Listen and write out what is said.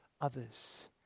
others